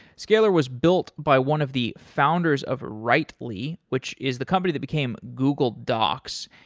scalyr was built by one of the founders of writely, which is the company that became google docs,